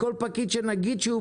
כל פקיד שנבקש,